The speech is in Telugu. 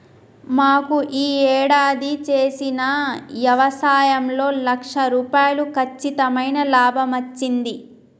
మాకు యీ యేడాది చేసిన యవసాయంలో లక్ష రూపాయలు కచ్చితమైన లాభమచ్చింది